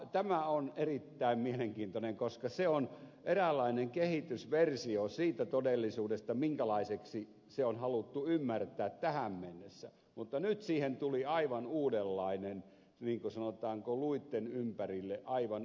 tämä on erittäin mielenkiintoista koska se on eräänlainen kehitysversio siitä todellisuudesta minkälaiseksi se on haluttu ymmärtää tähän mennessä mutta nyt tuli sanotaanko luitten ympärille aivan uudenlainen liha